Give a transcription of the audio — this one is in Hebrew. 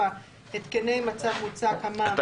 (4)התקני מצב מוצק (המ"מ) בע"מ,